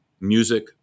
Music